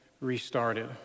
restarted